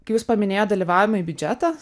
kai jūs paminėjot dalyvavająjį biudžetą